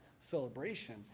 celebration